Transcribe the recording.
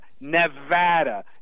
Nevada